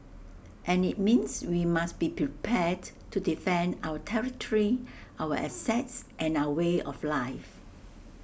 and IT means we must be prepared to defend our territory our assets and our way of life